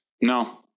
No